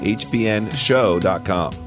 hbnshow.com